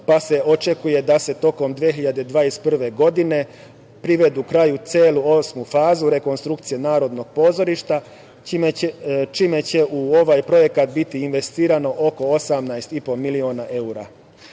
pa se očekuje da se tokom 2021. godine privrede kraju cela osma faza rekonstrukcije Narodnog pozorišta, čime će u ovaj projekat biti investirano oko 18,5 miliona eura.Za